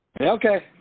Okay